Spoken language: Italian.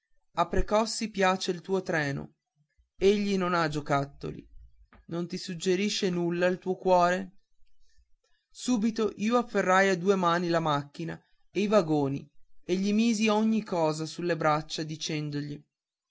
a precossi piace il tuo treno egli non ha giocattoli non ti suggerisce nulla il tuo cuore subito io afferrai a due mani la macchina e i vagoni e gli misi ogni cosa sulle braccia dicendogli